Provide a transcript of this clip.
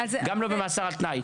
גם לא במאסר על תנאי.